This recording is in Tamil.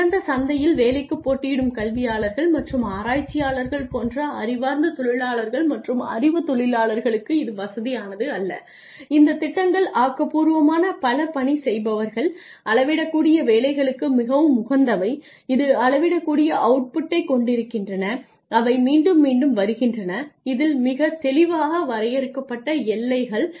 திறந்த சந்தையில் வேலைக்குப் போட்டியிடும் கல்வியாளர்கள் மற்றும் ஆராய்ச்சியாளர்கள் போன்ற அறிவார்ந்த தொழிலாளர்கள் மற்றும் அறிவுத் தொழிலாளர்களுக்கு இது வசதியானதல்ல இந்த திட்டங்கள் ஆக்கப்பூர்வமான பலபணி செய்பவர்கள் அளவிடக்கூடிய வேலைகளுக்கு மிகவும் உகந்தவை இது அளவிடக்கூடிய அவுட்புட்டைக் கொண்டிருக்கின்றன அவை மீண்டும் மீண்டும் வருகின்றன இதில் மிகத் தெளிவாக வரையறுக்கப்பட்ட எல்லைகள் உள்ளன